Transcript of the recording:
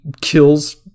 kills